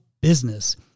business